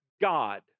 God